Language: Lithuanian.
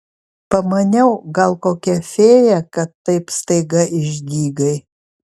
pamaniau gal kokia fėja kad taip staiga išdygai